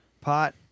pot